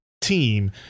team